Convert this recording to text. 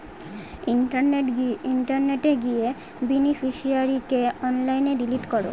ইন্টারনেটে গিয়ে বেনিফিশিয়ারিকে অনলাইনে ডিলিট করো